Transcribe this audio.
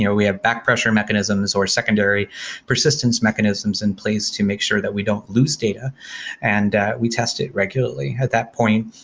you know we have back pressure mechanisms or secondary persistence mechanisms in place to make sure that we don't lose data and we test it regularly. at that point,